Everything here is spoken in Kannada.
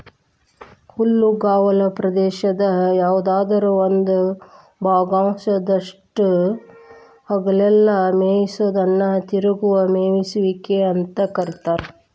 ಹುಲ್ಲುಗಾವಲ ಪ್ರದೇಶದ ಯಾವದರ ಒಂದ ಭಾಗದಾಗಷ್ಟ ಹಗಲೆಲ್ಲ ಮೇಯಿಸೋದನ್ನ ತಿರುಗುವ ಮೇಯಿಸುವಿಕೆ ಅಂತ ಕರೇತಾರ